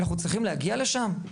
אנחנו צריכים להגיע לשם?